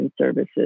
services